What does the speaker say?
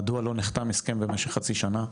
מדוע לא נחתם הסכם במשך חצי שנה,